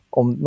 om